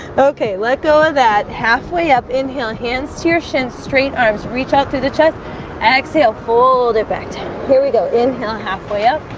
okay, let go of that halfway up inhale hands to your shins straight arms reach out through the chest exhale fold it back here we go inhale halfway up